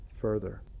further